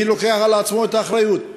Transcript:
מי לוקח על עצמו את האחריות.